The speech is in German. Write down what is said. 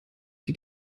die